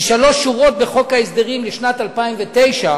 משלוש שורות בחוק ההסדרים לשנת 2009,